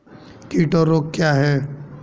कीट और रोग क्या हैं?